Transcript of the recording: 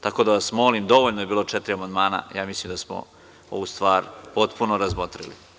Tako da vas molim, dovoljno je četiri amandmana, mislim da smo ovu stvar potpuno razmotrili.